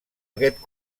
aquest